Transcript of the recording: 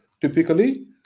typically